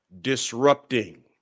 disrupting